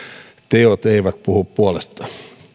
teot eivät puhu puolestaan